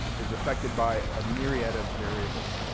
is affected by a myriad of variables.